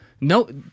no